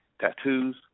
tattoos